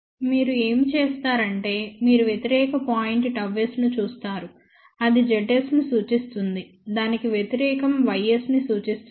అప్పుడు మీరు ఏమిచేస్తారంటే మీరు వ్యతిరేక పాయింట్ ΓS ను చూస్తారు అది ZS ను సూచిస్తుంది దానికి వ్యతిరేకం YS ని సూచిస్తుంది